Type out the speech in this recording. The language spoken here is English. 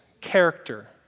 character